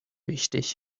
wichtig